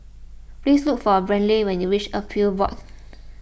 please look for Brantley when you reach Appeals Board